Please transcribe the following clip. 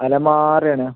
അലമാര ആണ്